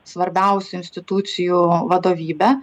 svarbiausių institucijų vadovybe